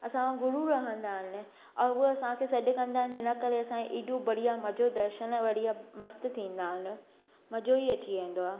असांजा गुरू रहंदा आहिनि और उहे असांखे सॾु कंदा आहिनि हिन करे असां एॾो बढ़िया मजो दर्शन बढ़िया मस्तु थींदा आहिनि मजो ई अची वंदो आहे